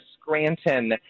Scranton